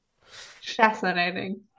Fascinating